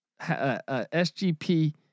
SGP